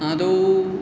आदौ